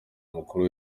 umukuru